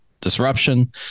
disruption